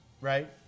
Right